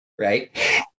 right